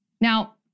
Now